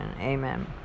Amen